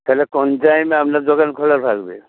তাহলে কোন টাইমে আপনার দোকান খোলা থাকবে